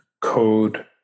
code